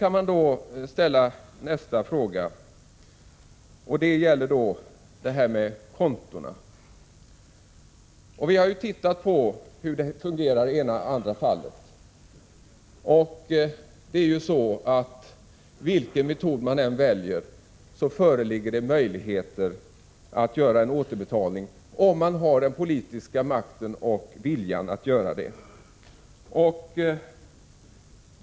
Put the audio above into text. Jag vill då ställa nästa fråga som gäller kontona. Vi har undersökt hur det fungerar i det ena och det andra fallet. Oavsett vilken metod man väljer föreligger det möjligheter att återbetala pengarna om man har den politiska makten och viljan att göra det.